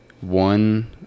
one